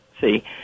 see